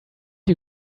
you